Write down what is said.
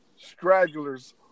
stragglers